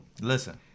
Listen